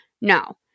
no